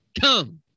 come